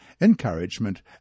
encouragement